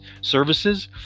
services